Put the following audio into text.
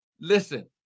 Listen